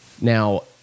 Now